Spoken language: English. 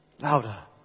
Louder